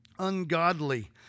ungodly